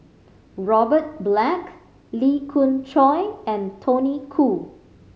Robert Black Lee Khoon Choy and Tony Khoo